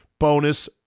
bonus